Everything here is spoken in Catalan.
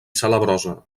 salabrosa